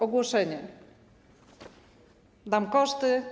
Ogłoszenia: Dam koszty.